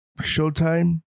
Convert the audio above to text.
Showtime